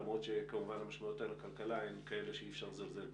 למרות שכמובן המשמעויות הכלכליות הן כאלה שאי אפשר לזלזל בהן.